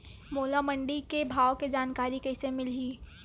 मोला मंडी के भाव के जानकारी कइसे मिलही?